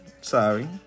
sorry